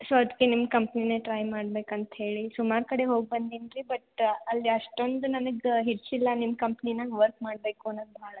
so ಅದಕ್ಕೆ ನಿಮ್ಮ ಕಂಪ್ನೀನೆ ಟ್ರೈ ಮಾಡ್ಬೇಕಂತ ಹೇಳಿ ಸುಮಾರು ಕಡೆ ಹೋಗಿ ಬಂದೇನ್ರಿ ಬಟ್ ಅಲ್ಲಿ ಅಷ್ಟೊಂದು ನನಗೆ ಹಿಡಿಸಿಲ್ಲ ನಿಮ್ಮ ಕಂಪ್ನೀನಲ್ಲಿ ವರ್ಕ್ ಮಾಡಬೇಕು ಅನ್ನೋದು ಭಾಳ ಇದೇರಿ